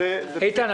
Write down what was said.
איתן,